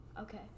Okay